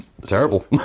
Terrible